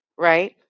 right